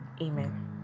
amen